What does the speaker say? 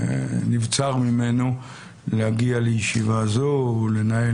נבצר ממנו להגיע לישיבה זו ולנהל